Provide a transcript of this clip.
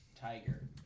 Tiger